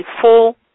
full